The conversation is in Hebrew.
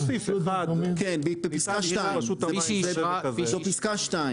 כפי שאישר